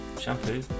Shampoo